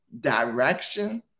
direction